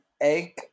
egg